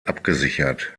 abgesichert